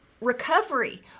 recovery